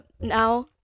now